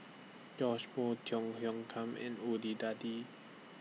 Joash Moo Tiong Khiam in